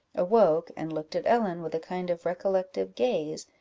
awoke, and looked at ellen with a kind of recollective gaze,